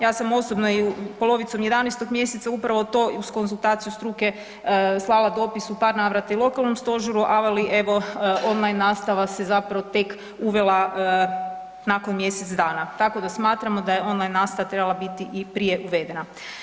Ja sam osobno polovicom 11.mjeseca upravo to uz konzultacije struke slala dopis u par navrata i lokalnom stožeru, ali evo online nastava se zapravo tek uvela nakon mjesec dana, tako da smatramo da je online nastava trebala biti i prije uvedena.